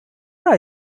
are